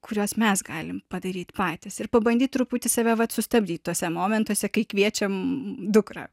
kuriuos mes galim padaryt patys ir pabandyt truputį save vat sustabdyt tuose momentuose kai kviečiam dukrą